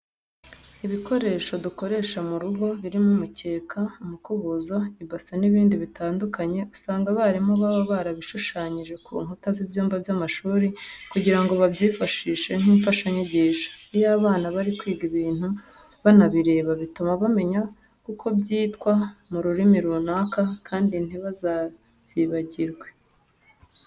Ibikoresho dukoresha mu rugo birimo umukeka, umukubuzo, ibase n'ibindi bitandukanye usanga abarimu baba barabishushanyije ku nkuta z'ibyumba by'amashuri kugira ngo babyifashishe nk'imfashanyigisho. Iyo abana bari kwiga ibintu banabireba bituma bamenya kuko byitwa mu rurimi runaka kandi ntibazabyibagirwe.